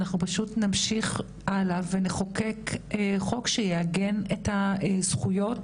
אנחנו פשוט נמשיך הלאה ונחוקק חוק שיעגן את הזכויות